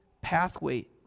pathway